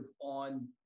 on